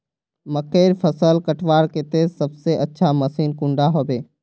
मकईर फसल कटवार केते सबसे अच्छा मशीन कुंडा होबे?